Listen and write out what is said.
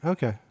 Okay